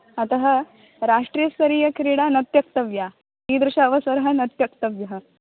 राष्ट्रीयस्तरीयक्रीडा न त्यक्तव्या ईदृश अवसरः न त्यक्तव्यः